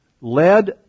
led